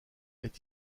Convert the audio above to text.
est